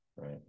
Right